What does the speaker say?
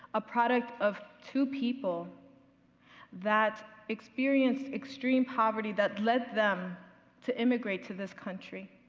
a product of two people that experienced extreme poverty that led them to immigrate to this country,